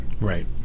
Right